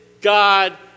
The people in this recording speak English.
God